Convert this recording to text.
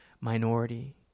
minority